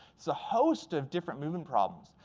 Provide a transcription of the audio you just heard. so a host of different movement problems.